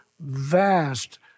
vast